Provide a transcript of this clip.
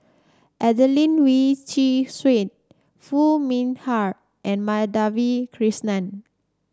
Adelene Wee Chin Suan Foo Mee Har and Madhavi Krishnan